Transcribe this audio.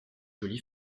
jolie